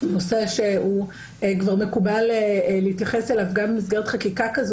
נושא שכבר מקובל להתייחס אליו גם במסגרת חקיקה כזו